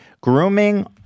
grooming